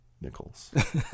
nickels